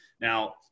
Now